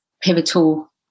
pivotal